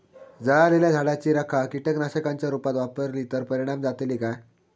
जळालेल्या झाडाची रखा कीटकनाशकांच्या रुपात वापरली तर परिणाम जातली काय?